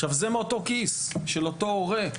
עכשיו, זה מאותו כיס של אותו הורה.